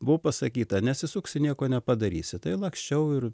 buvo pasakyta nesisuksi nieko nepadarysi tai laksčiau ir